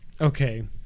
Okay